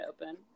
open